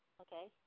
Okay